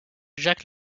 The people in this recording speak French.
jacques